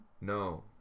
No